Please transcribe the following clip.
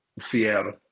Seattle